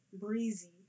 breezy